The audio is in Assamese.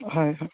হয়